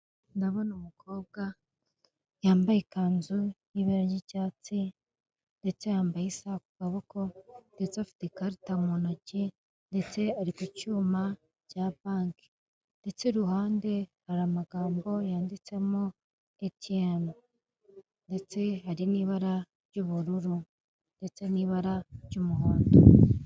Ndabona umukobwa yambaye ikanzu y'ibara ry'icyatsi ndetse yambaye isa akaboko, ndetse afite ikarita mu ntoki, ndetse ari ku cyuma cya banke. Ndetse iruhande hari amagambo yanditsemo eetiyemu ndetse hari n'ibara ry'ubururu ndetse n'ibara ry'umuhondo.